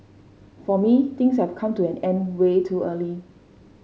for me things have come to an end way too early